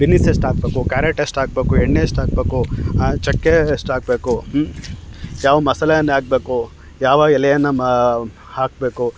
beans ಎಷ್ಟು ಹಾಕ್ಬೇಕು carrot ಎಷ್ಟು ಹಾಕ್ಬೇಕು ಎಣ್ಣೆಎಷ್ಟು ಹಾಕ್ಬೇಕು ಚಕ್ಕೆ ಎಷ್ಟು ಹಾಕ್ಬೇಕು ಯಾವ ಮಸಾಲೆಯನ್ನು ಹಾಕ್ಬೇಕು ಯಾವ ಎಲೆಯನ್ನು ಮ ಹಾಕಬೇಕು